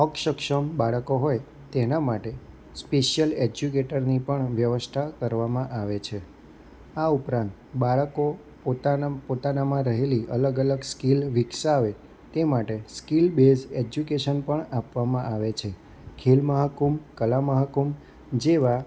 અસક્ષમ બાળકો હોય તેના માટે સ્પેસિયલ એજ્યુકેટરની પણ વ્યવસ્થા કરવામાં આવે છે આ ઉપરાંત બાળકો પોતાના પોતાનામાં રહેલી અલગ અલગ સ્કિલ વિકસાવે તે માટે સ્કિલ બેઝ એજ્યુકેશન પણ આપવામાં આવે છે ખેલમહાકુંભ કલામહાકુંભ જેવા